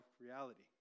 reality